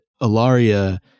Ilaria